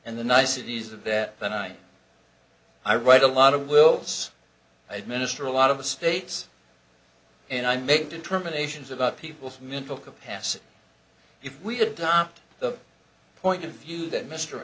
and the niceties of that the night i write a lot of wills i administer a lot of the states and i make determinations about people's mental capacity if we adopt the point of view that mr